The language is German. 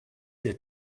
der